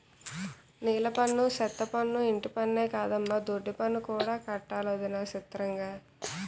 నీలపన్ను, సెత్తపన్ను, ఇంటిపన్నే కాదమ్మో దొడ్డిపన్ను కూడా కట్టాలటొదినా సిత్రంగా